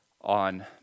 on